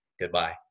Goodbye